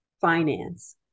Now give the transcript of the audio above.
finance